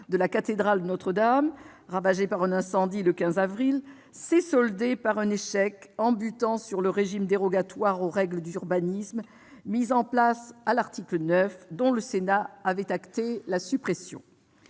de la cathédrale Notre-Dame, ravagée par un incendie le 15 avril précédent, s'est soldée par un échec. Elle a buté sur le régime dérogatoire aux règles d'urbanisme mis en place à l'article 9, dont le Sénat avait acté la suppression.